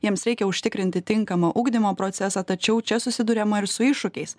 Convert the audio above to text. jiems reikia užtikrinti tinkamą ugdymo procesą tačiau čia susiduriama ir su iššūkiais